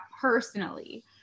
personally